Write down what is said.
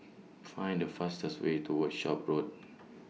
Find The fastest Way to Workshop Road